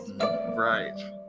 right